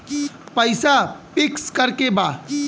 पैसा पिक्स करके बा?